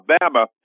Alabama